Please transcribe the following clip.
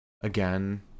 again